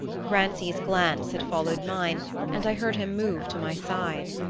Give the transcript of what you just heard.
grancy's glance had followed mine and i heard him move to my side.